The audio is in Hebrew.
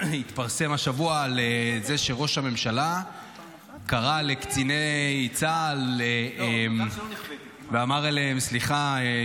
התפרסם השבוע שראש הממשלה קרא לקציני צה"ל ואמר להם סליחה,